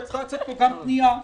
וצריכה לצאת מפה גם פנייה למשרד.